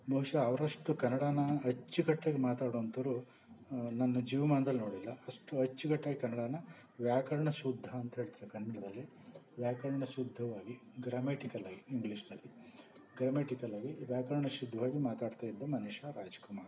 ಬಹುಶ ಅವರಷ್ಟು ಕನ್ನಡ ಅಚ್ಚುಕಟ್ಟಾಗಿ ಮಾತಾಡೋವಂಥವ್ರು ನನ್ನ ಜೀವಮಾನ್ದಲ್ಲಿ ನೋಡಿಲ್ಲ ಅಷ್ಟು ಅಚ್ಚುಕಟ್ಟಾಗಿ ಕನ್ನಡನ ವ್ಯಾಕರಣ ಶುದ್ಧ ಅಂತ ಹೇಳ್ತರೆ ಕನ್ನಡದಲ್ಲಿ ವ್ಯಾಕರಣ ಶುದ್ಧವಾಗಿ ಗ್ರಮ್ಯಟಿಕಲ್ಲಾಗಿ ಇಂಗ್ಲೀಷ್ನಲ್ಲಿ ಗ್ರಮ್ಯಟಿಕಲ್ಲಾಗಿ ವ್ಯಾಕರಣ ಶುದ್ಧವಾಗಿ ಮಾತಾಡ್ತಾಯಿದ್ದ ಮನುಷ್ಯ ರಾಜ್ಕುಮಾರ್